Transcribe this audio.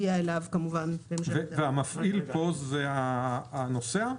המפעיל הוא הנוסע?